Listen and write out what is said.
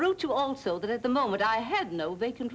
wrote to also that at the moment i had no they can